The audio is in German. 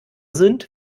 sind